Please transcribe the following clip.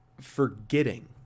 forgetting